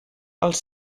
els